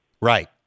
Right